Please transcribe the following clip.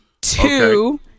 Two